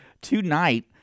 tonight